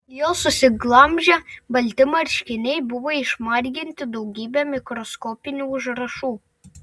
jo susiglamžę balti marškiniai buvo išmarginti daugybe mikroskopinių užrašų